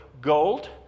gold